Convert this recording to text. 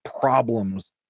problems